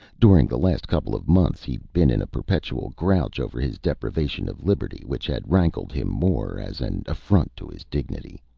during the last couple of months he'd been in a perpetual grouch over his deprivation of liberty, which had rankled him more as an affront to his dignity.